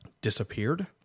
disappeared